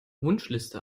wunschliste